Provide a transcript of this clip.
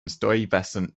stuyvesant